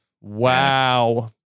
Wow